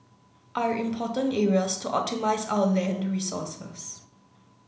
are important areas to optimise our land resources